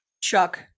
Chuck